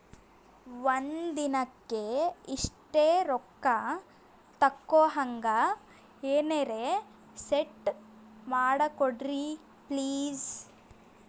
ಒಂದಿನಕ್ಕ ಇಷ್ಟೇ ರೊಕ್ಕ ತಕ್ಕೊಹಂಗ ಎನೆರೆ ಸೆಟ್ ಮಾಡಕೋಡ್ರಿ ಪ್ಲೀಜ್?